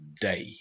day